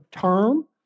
term